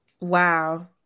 Wow